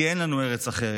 כי אין לנו ארץ אחרת.